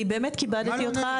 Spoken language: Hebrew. אני באמת כיבדתי אותך,